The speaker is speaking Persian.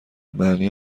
معنی